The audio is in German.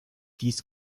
dies